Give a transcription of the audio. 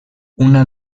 una